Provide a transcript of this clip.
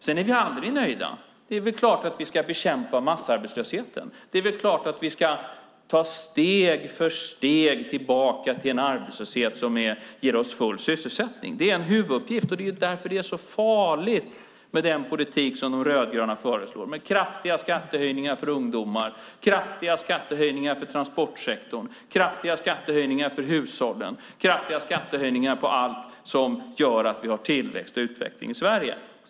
Vi är aldrig nöjda. Det är väl klart att vi ska bekämpa massarbetslösheten. Det är väl klart att vi ska ta steg för steg tillbaka i riktning mot full sysselsättning. Det är en huvuduppgift. Det är därför det är så farligt med den politik som De rödgröna föreslår, med kraftiga skattehöjningar för ungdomar, kraftiga skattehöjningar för transportsektorn, kraftiga skattehöjningar för hushållen och kraftiga skattehöjningar på allt som gör att vi har tillväxt och utveckling i Sverige.